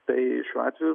tai šiuo atveju